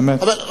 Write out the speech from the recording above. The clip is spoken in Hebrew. אמת.